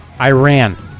Iran